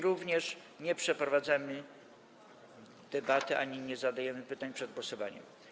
Również tu nie przeprowadzamy debaty ani nie zadajemy pytań przed głosowaniem.